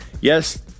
Yes